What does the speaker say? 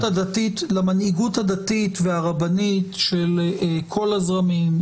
-- למנהיגות הדתית והרבנית של כל הזרמים.